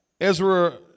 Ezra